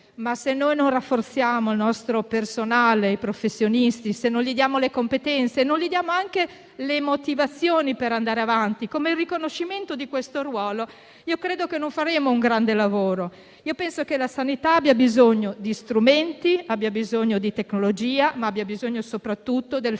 ma se non rafforziamo il nostro personale, i professionisti, se non diamo loro le competenze e non diamo loro anche le motivazioni per andare avanti, come il riconoscimento di questo ruolo, credo che non faremo un grande lavoro. Io penso che la sanità abbia bisogno di strumenti, di tecnologia e soprattutto del fattore